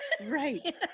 Right